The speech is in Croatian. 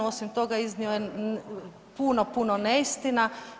Osim toga iznio je puno, puno neistina.